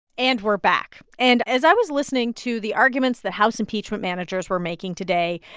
and we're back. and as i was listening to the arguments the house impeachment managers were making today,